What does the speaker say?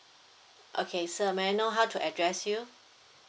okay sir may I know how to address you